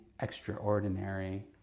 extraordinary